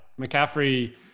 McCaffrey